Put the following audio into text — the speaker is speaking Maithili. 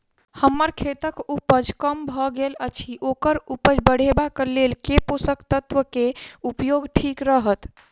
हम्मर खेतक उपज कम भऽ गेल अछि ओकर उपज बढ़ेबाक लेल केँ पोसक तत्व केँ उपयोग ठीक रहत?